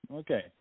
okay